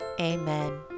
amen